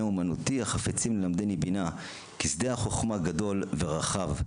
אומנותי החפצים ללמדני בינה כי שדה החוכמה גדול ורחב.